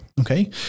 okay